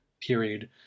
period